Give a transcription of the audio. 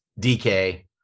DK